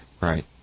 Right